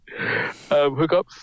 hookups